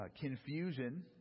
confusion